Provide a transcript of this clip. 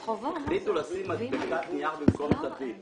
החליטו לשים מדבקת נייר במקום תווית.